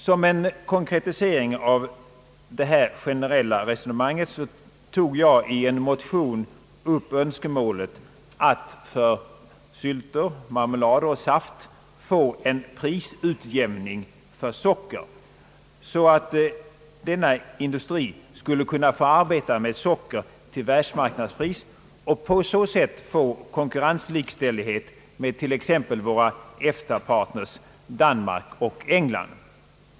Såsom en konkretisering av detta generella resonemang tog jag i en motion upp önskemålet att för sylter, marmelader och saft få till stånd en prisutjämning på socker, så att industrin på detta område skulle kunna få arbeta med socker till världsmarknadspris och på så sätt erhålla konkurrenslikställighet med t.ex. våra EFTA-partners Danmark och England.